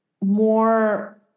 more